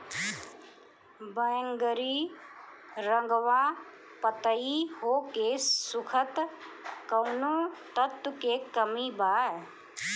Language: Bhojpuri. बैगरी रंगवा पतयी होके सुखता कौवने तत्व के कमी बा?